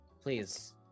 Please